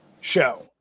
show